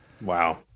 wow